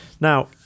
now